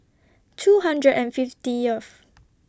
two hundred and fiftieth